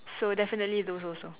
so definitely those also